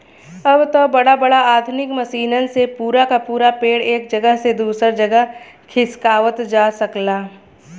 अब त बड़ा बड़ा आधुनिक मसीनन से पूरा क पूरा पेड़ एक जगह से दूसर जगह खिसकावत जा सकला